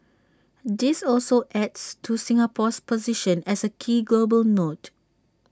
this also adds to Singapore's position as A key global node